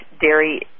dairy